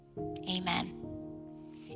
Amen